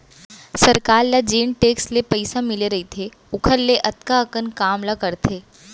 सरकार ल जेन टेक्स ले पइसा मिले रइथे ओकर ले अतका अकन काम ला करथे